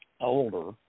older